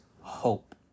hope